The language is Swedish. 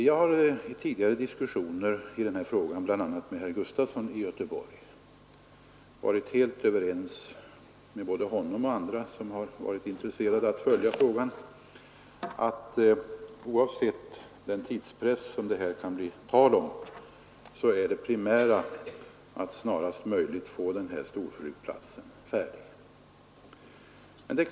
Jag har vid tidigare diskussioner i den här kammaren, bl.a. med herr Gustafson i Göteborg, varit helt överens med både honom och andra, som varit intresserade av att följa frågan, om att oavsett den tidspress som det här kan bli tal om så är det primära att snarast möjligt få denna storflygplats färdig.